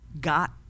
got